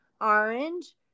orange